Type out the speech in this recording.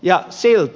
ja silti